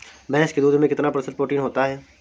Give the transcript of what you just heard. भैंस के दूध में कितना प्रतिशत प्रोटीन होता है?